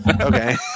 Okay